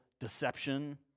deception